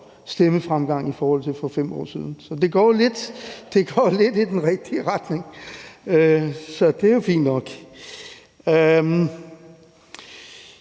stemmefremgang i forhold til for 5 år siden. Så det går lidt i den rigtige retning, så det er jo fint nok.